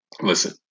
Listen